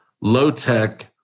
low-tech